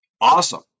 Awesome